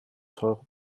teure